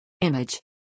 Image